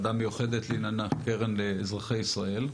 הוועדה המיוחדת לעניין הקרן לאזרחי ישראל.